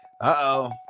Uh-oh